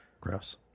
gross